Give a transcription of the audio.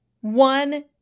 One